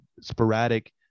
sporadic